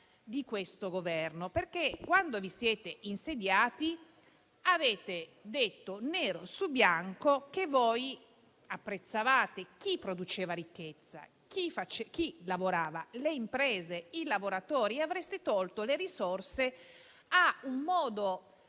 di questo Governo. Quando vi siete insediati, avete scritto, nero su bianco, che apprezzate chi produce ricchezza e chi lavora, le imprese e i lavoratori, e che avreste tolto le risorse a un modo